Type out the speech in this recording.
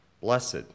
blessed